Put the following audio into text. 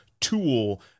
tool